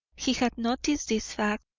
he had noticed this fact,